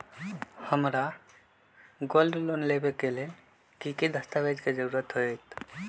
हमरा gold loan लेबे के लेल कि कि दस्ताबेज के जरूरत होयेत?